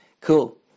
Cool